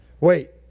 Wait